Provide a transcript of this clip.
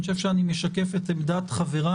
אני חושב שאני משקף את עמדת חבריי,